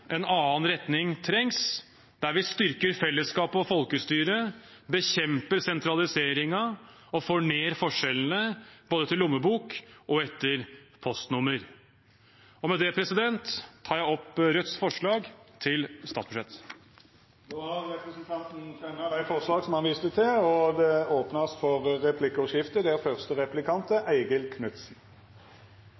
en annen retning trengs der vi styrker fellesskapet og folkestyret, bekjemper sentraliseringen og får ned forskjellene både etter lommebok og etter postnummer. Med det tar jeg opp Rødts forslag til statsbudsjett. Representanten Bjørnar Moxnes har då teke opp dei forslaga han refererte til. Det vert replikkordskifte. Rødt ønsker å gjøre Norge mindre oljeavhengig, og det er